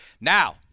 Now